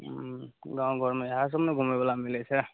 हूँ गाँव घरमे इहए सभ ने घुमै बला मिलैत छै